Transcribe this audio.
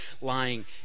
lying